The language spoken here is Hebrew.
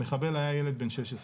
המחבל היה ילד בן 16,